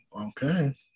okay